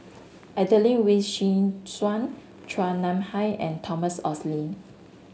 Adelene Wee Chin Suan Chua Nam Hai and Thomas Oxley